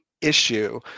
issue